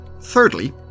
Thirdly